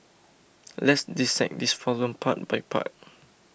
let's dissect this problem part by part